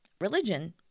religion